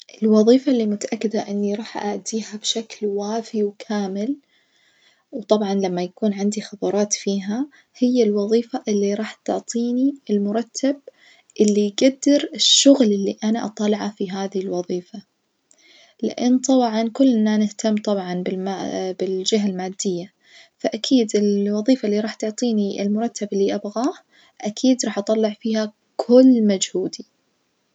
الوظيفة اللي متأكدة إني راح أؤديها بشكل وافي وكامل وطبعًا لما يكون عندي خبرات فيها، هي الوظيفة اللي راح تعطيني المرتب اللي يجدر الشغل اللي أنا أطلعه في هذي الوظيفة، لأن طبعًا كلنا نهتم طبعًا بالما بالجهة المادية، فأكيد الظيفة اللي راح تعطيني المرتب اللي أبغاه أكيد راح أطلع فيها كل مجهودي.